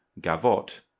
gavotte